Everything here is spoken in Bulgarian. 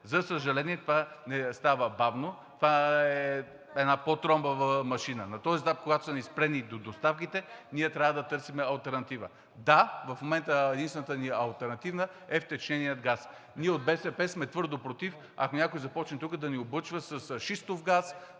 За съжаление, това става бавно, това е една по-тромава машина. На този етап, когато са ни спрени доставките, ние трябва да търсим алтернатива. Да, в момента единствената ни алтернатива е втечненият газ. Ние от БСП сме твърдо против, ако някой започне тук да ни облъчва с шистов газ,